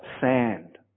sand